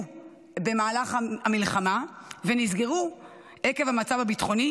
במהלך המלחמה ונסגרו עקב המצב הביטחוני,